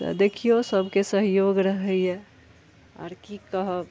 तऽ देखियौ सबके सहयोग रहैया आर की कहब